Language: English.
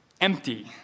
empty